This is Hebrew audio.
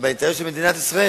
ולמה זה אינטרס של מדינת ישראל,